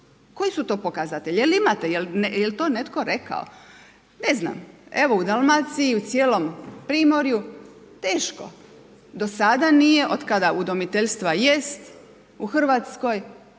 Koji su to pokazatelji? Jel imate, jel to netko rekao? Ne znam. Evo u Dalmaciji u cijelom primorju teško, do sada nije od kada udomiteljstva jest u Hrvatskoj,